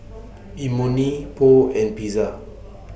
Imoni Pho and Pizza